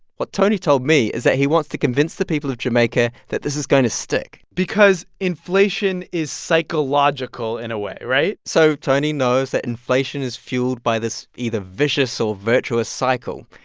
what tony told me is that he wants to convince the people of jamaica that this is going to stick because inflation is psychological in a way, right? so tony knows that inflation is fuelled by this either vicious or virtuous cycle.